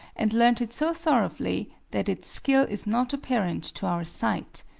and learned it so thoroughly that its skill is not apparent to our sight.